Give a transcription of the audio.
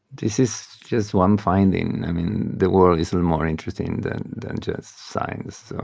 this is just one finding. i mean, the world is a little more interesting than than just science. so